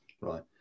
Right